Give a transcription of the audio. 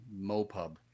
MoPub